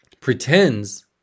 pretends